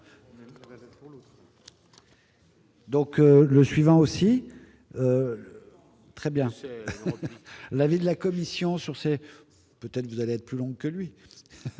Donc le suivant aussi très bien l'avis de la Commission sur c'est peut-être vous allez être plus long que lui.